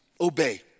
Obey